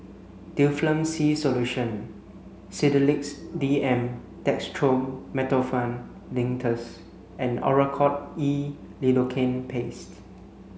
Difflam C Solution Sedilix D M Dextromethorphan Linctus and Oracort E Lidocaine Paste